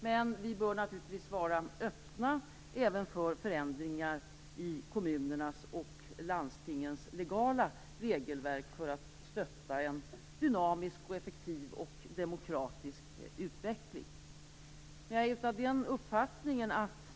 Men vi bör naturligtvis vara öppna även för förändringar i kommunernas och landstingens legala regelverk för att stötta en dynamisk, effektiv och demokratisk utveckling.